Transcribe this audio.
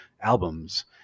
albums